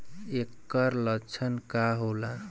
ऐकर लक्षण का होला?